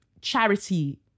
charity